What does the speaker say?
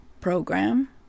program